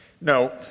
No